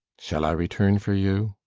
shall i return for you?